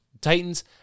Titans